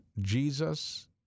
Jesus